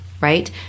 right